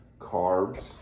carbs